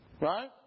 Right